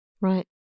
Right